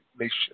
nation